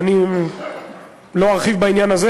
ואני לא ארחיב בעניין הזה,